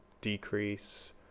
decrease